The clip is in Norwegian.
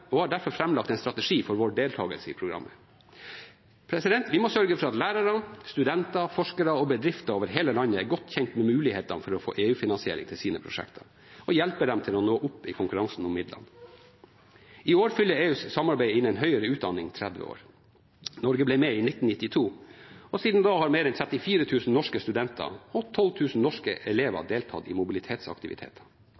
har derfor framlagt en strategi for vår deltakelse i programmet. Vi må sørge for at lærere, studenter, forskere og bedrifter over hele landet er godt kjent med mulighetene for å få EU-finansiering til sine prosjekter og hjelpe dem til å nå opp i konkurransen om midlene. I år fyller EUs samarbeid innen høyere utdanning 30 år. Norge ble med i 1992, og siden da har mer enn 34 000 norske studenter og 12 000 norske elever